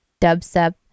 Dubstep